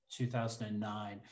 2009